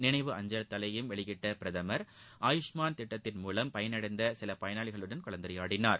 நினைவு அஞ்சல் தலையையும் வெளியிட்ட பிரதமர் ஆயுஷ்மான் திட்டத்தின் மூலம் பயனடைந்த சில பயனாளிகளுடன் கலந்துரையாடினார்